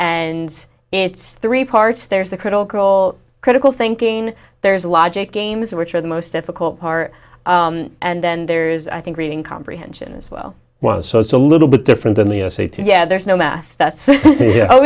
and it's three parts there's the critical critical thinking there's logic games which are the most difficult part and then there is i think reading comprehension as well one so it's a little bit different than the oh say two yeah there's no math that's